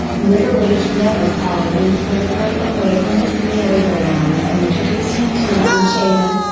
middle aged metropolitan playboy away from his merry go round and introduce him to an unshaven,